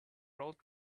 wrote